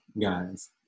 guys